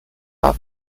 are